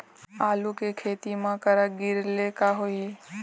आलू के खेती म करा गिरेले का होही?